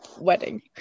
wedding